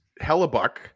Hellebuck